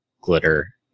glitter